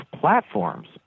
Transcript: platforms